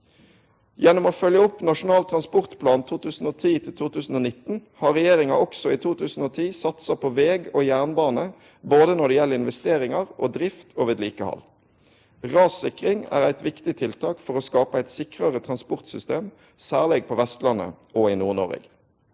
Gjennom å følgje opp Nasjonal transportplan 2010–2019 har regjeringa også i 2010 satsa på veg og jernbane både når det gjeld investeringar og drift og vedlikehald. Rassikring er eit viktig tiltak for å skape eit sikrare transportsystem, særleg på Vestlandet og i Nord-Noreg.